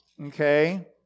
okay